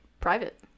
private